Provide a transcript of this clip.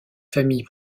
famille